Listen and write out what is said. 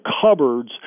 cupboards